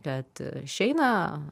bet išeina